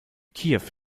kiew